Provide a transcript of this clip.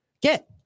get